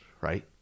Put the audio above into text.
right